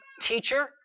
teacher